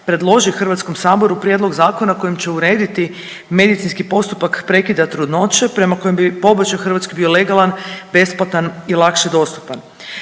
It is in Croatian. predloži Hrvatskom saboru prijedlog zakona kojim će urediti medicinski postupak prekida trudnoće prema kojem bi pobačaj u Hrvatskoj bio legalan, besplatan i lakše dostupan.